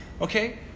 Okay